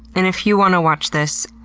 and if you want to watch this,